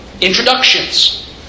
Introductions